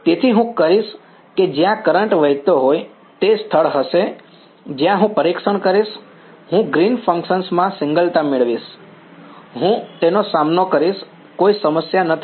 તેથી હું કરીશ કે જ્યાં કરંટ વહેતો હોય તે સ્થળ હશે જ્યાં હું પરીક્ષણ કરીશ હું ગ્રીન્સ ફંક્શન માં સિંગલ તા મેળવીશ હું તેનો સામનો કરીશ કોઈ સમસ્યા નથી